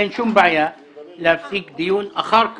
אין שום בעיה להפסיק דיון אחר כך,